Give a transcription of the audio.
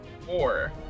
four